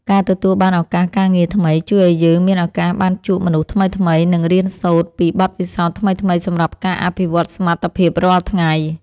ការទទួលបានឱកាសការងារថ្មីជួយឱ្យយើងមានឱកាសបានជួបមនុស្សថ្មីៗនិងរៀនសូត្រពីបទពិសោធន៍ថ្មីៗសម្រាប់ការអភិវឌ្ឍសមត្ថភាពរាល់ថ្ងៃ។